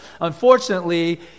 Unfortunately